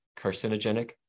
carcinogenic